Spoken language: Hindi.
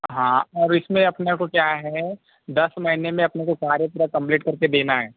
हाँ और इसमें अपने को क्या है दस महीने में अपने को कार्य पूरा कंप्लीट करके देना है